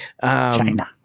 China